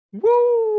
Woo